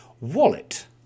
Wallet